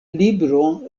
libro